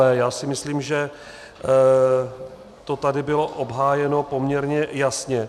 Já si myslím, že to tady bylo obhájeno poměrně jasně.